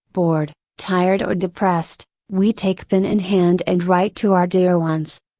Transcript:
bored, tired or depressed, we take pen in hand and write to our dear ones!